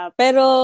pero